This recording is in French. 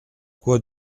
quoi